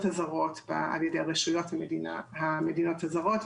הזרות על ידי רשויות המדינות הזרות,